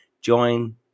Join